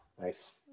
Nice